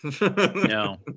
No